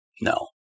No